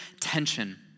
tension